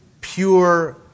pure